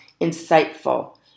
insightful